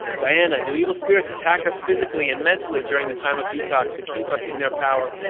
diana do evil spirits attack us physically and mentally during the time of detox to keep us in their power,